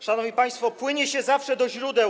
Szanowni państwo, płynie się zawsze do źródeł.